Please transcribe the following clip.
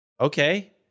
okay